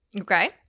Okay